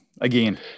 again